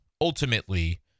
ultimately